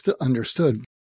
understood